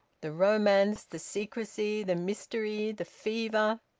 the romance, the secrecy, the mystery, the fever!